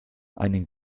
einen